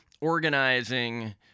organizing